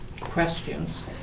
questions